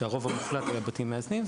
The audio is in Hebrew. שהרוב המוחלט היה בתים מאזנים.